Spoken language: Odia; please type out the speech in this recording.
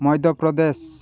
ମଧ୍ୟପ୍ରଦେଶ